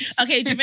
Okay